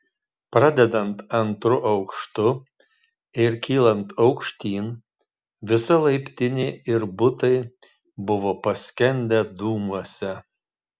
pradedant antru aukštu ir kylant aukštyn visa laiptinė ir butai buvo paskendę dūmuose